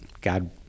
God